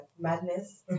Madness